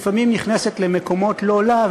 לפעמים נכנסת למקומות לא לה,